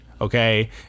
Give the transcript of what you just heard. okay